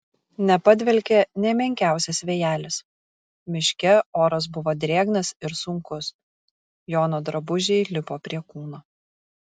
nepadvelkė nė menkiausias vėjelis miške oras buvo drėgnas ir sunkus jono drabužiai lipo prie kūno